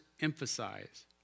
emphasize